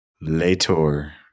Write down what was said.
later